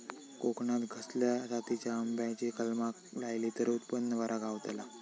कोकणात खसल्या जातीच्या आंब्याची कलमा लायली तर उत्पन बरा गावताला?